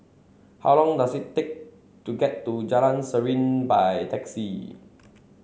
how long does it take to get to Jalan Serene by taxi